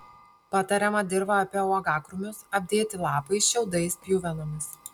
patariama dirvą apie uogakrūmius apdėti lapais šiaudais pjuvenomis